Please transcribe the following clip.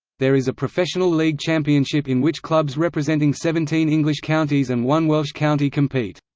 there is a professional league championship in which clubs representing seventeen english counties and one welsh county compete.